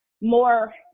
more